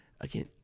Again